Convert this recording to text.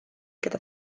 gyda